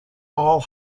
all